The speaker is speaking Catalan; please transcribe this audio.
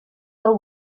del